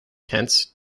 tents